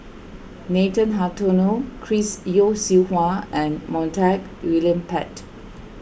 Nathan Hartono Chris Yeo Siew Hua and Montague William Pett